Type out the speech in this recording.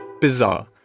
bizarre